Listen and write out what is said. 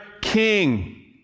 king